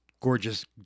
Gorgeous